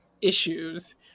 issues